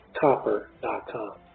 copper.com